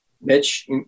Mitch